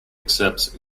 accepts